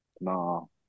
No